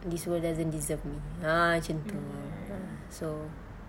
this world doesn't deserve me ah macam itu ah so